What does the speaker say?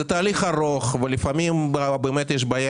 זה תהליך ארוך ולפעמים באמת יש בעיה